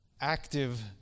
active